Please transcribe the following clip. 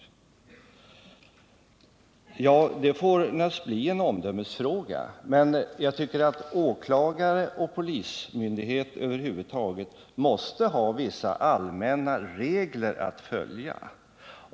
Det får naturligtvis bli en omdömesfråga, men jag tycker att åklagare och polismyndighet över huvud taget måste ha vissa allmänna regler att följa.